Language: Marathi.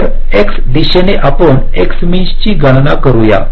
तर x दिशेने आपण x mean ची गणना करूया